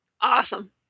Awesome